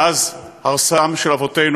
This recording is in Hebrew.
מאז ערשם של אבותינו,